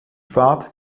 fahrt